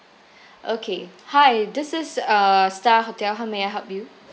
okay hi this is uh star hotel how may I help you